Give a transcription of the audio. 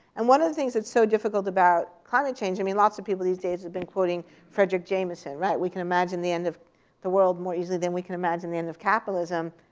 and one of the things that's so difficult about climate change, i mean, lots of people these days have been quoting frederick jamison. we can imagine the end of the world more easily than we can imagine the end of capitalism.